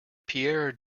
pierre